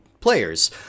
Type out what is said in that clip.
players